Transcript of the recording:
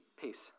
peace